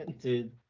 Dude